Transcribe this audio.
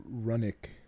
runic